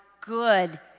good